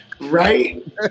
Right